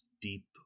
deep